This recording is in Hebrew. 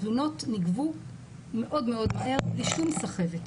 התלונות נגבו מאוד מאוד מהר, בלי שום סחבת.